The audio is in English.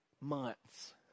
months